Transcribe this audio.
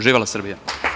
Živela Srbija!